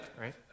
right